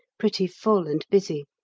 pretty full and busy.